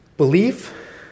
Belief